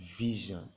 vision